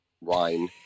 wine